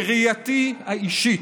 בראייתי האישית,